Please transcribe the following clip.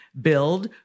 Build